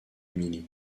milly